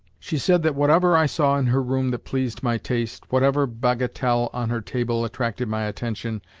she said that whatever i saw in her room that pleased my taste, whatever bagatelle on her table attracted my attention,